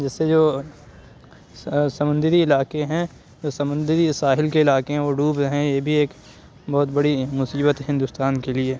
جس سے جو سمندری علاقے ہیں جو سمندری ساحل کے علاقے ہیں وہ ڈوب رہے ہیں یہ بھی ایک بہت بڑی مصیبت ہے ہندوستان کے لیے